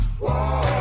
whoa